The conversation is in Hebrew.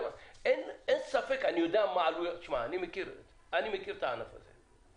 אני מכיר את הענף הזה,